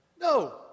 No